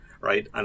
right